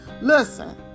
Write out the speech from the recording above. Listen